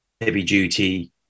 heavy-duty